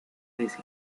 veces